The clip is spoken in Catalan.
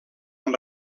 amb